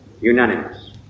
Unanimous